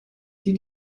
die